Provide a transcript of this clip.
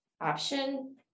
option